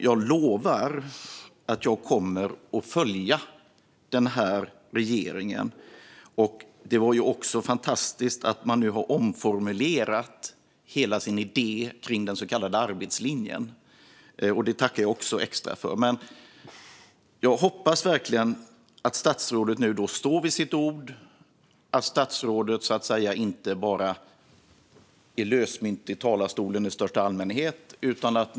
Jag lovar att jag kommer att följa den här regeringen. Det var också fantastiskt att man nu har omformulerat hela sin idé om den så kallade arbetslinjen. Det tackar jag extra för. Jag hoppas verkligen att statsrådet står vid sitt ord och att statsrådet inte bara är lösmynt i talarstolen i största allmänhet.